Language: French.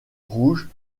rouges